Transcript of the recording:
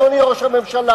אדוני ראש הממשלה.